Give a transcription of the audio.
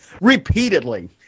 repeatedly